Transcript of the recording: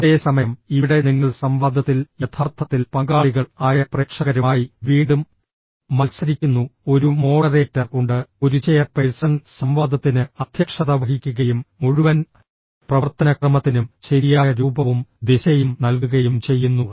അതേസമയം ഇവിടെ നിങ്ങൾ സംവാദത്തിൽ യഥാർത്ഥത്തിൽ പങ്കാളികൾ ആയ പ്രേക്ഷകരുമായി വീണ്ടും മത്സരിക്കുന്നു ഒരു മോഡറേറ്റർ ഉണ്ട് ഒരു ചെയർപേഴ്സൺ സംവാദത്തിന് അധ്യക്ഷത വഹിക്കുകയും മുഴുവൻ പ്രവർത്തനക്രമത്തിനും ശരിയായ രൂപവും ദിശയും നൽകുകയും ചെയ്യുന്നു